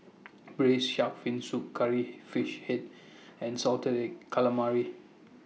Braised Shark Fin Soup Curry Fish Head and Salted Egg Calamari